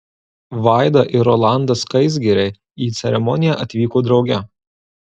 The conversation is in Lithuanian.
vaida ir rolandas skaisgiriai į ceremoniją atvyko drauge